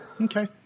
Okay